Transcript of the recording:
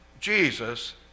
Jesus